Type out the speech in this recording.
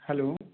hello